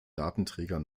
datenträger